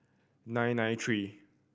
nine nine three